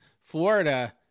Florida